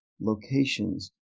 locations